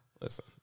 Listen